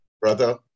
brother